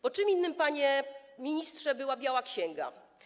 Bo czym innym, panie ministrze, była biała księga.